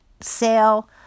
sale